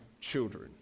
children